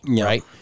Right